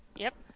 yep